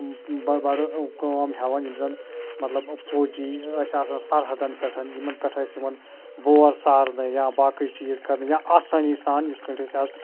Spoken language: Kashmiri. بَڑٕ کٲم ہٮ۪وان یِم زَن مَطلَب فوجی ٲسۍ آسان سرحدَن پٮ۪ٹھ یِمَن پٮ۪ٹھ ٲسۍ یوان بور سارنہٕ یا باقٕے چیٖز کَرنہٕ یا آسٲنی سان یِتھ کٲٹھۍ أسۍ آز